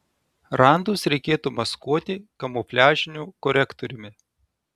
randus reikėtų maskuoti kamufliažiniu korektoriumi